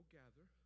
gather